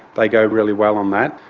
they go really well on that.